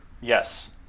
Yes